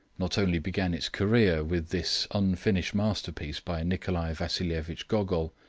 not only began its career with this unfinished masterpiece by nikolai vasil'evich gogol,